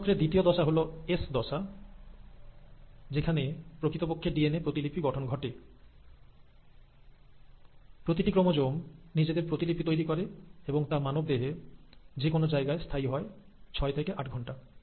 কোষ চক্রের দ্বিতীয় দশা হল এস দশা যেখানে প্রকৃতপক্ষে ডিএনএ প্রতিলিপি গঠন ঘটে প্রতিটি ক্রোমোজোম নিজেদের প্রতিলিপি তৈরি করে এবং তা মানবদেহে যে কোনো জায়গায় স্থায়ী হয় ছয় থেকে আট ঘণ্টা